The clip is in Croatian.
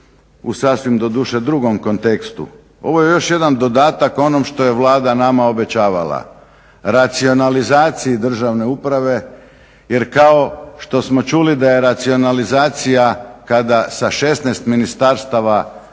u sasvim doduše drugom kontekstu. Ovo je još jedan dodatak onom što je Vlada nama obećavala – racionalizaciji državne uprave, jer kao što smo čuli da je racionalizacija kada sa 16 ministarstava